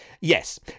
Yes